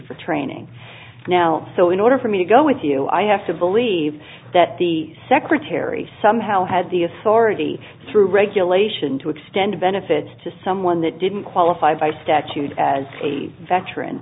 for training now so in order for me to go with you i have to believe that the secretary somehow had the authority through regulation to extend benefits to someone that didn't qualify by statute as a veteran